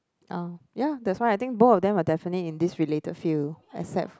uh ya that's why I think both of them are definitely in this related field except